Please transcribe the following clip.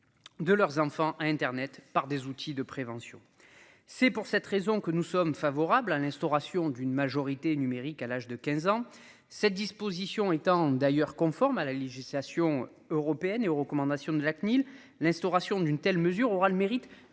De leurs enfants à Internet par des outils de prévention. C'est pour cette raison que nous sommes favorables à l'instauration d'une majorité numérique à l'âge de 15 ans. Cette disposition étant d'ailleurs conforme à la législation européenne et aux recommandations de la CNIL. L'instauration d'une telle mesure aura le mérite